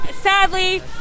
sadly